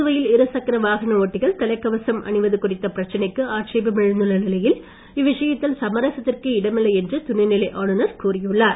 புதுவையில் இருசக்கர வாகன ஓட்டிகள் தலைக்கவசம் அணிவது குறித்த பிரச்சனைக்கு ஆட்சேபம் எழுந்துள்ள நிலையில் இவ்விஷயத்தில் சமரசத்திற்கே இடமில்லை என்று துணைநிலை ஆளுநர் கூறியுள்ளார்